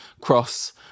cross